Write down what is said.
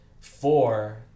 Four